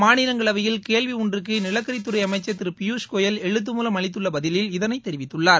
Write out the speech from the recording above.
மாநிலங்களவையில் கேள்வி ஒன்றுக்கு நிலக்கரித்துறை அமைச்சர் திரு பியூஸ் கோயல் எழுத்து மூலம் அளித்துள்ள பதிலில் இதனை தெரிவித்துள்ளார்